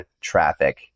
traffic